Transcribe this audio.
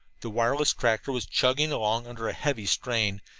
the wireless tractor was chugging along under a heavy strain,